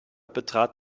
betrat